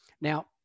Now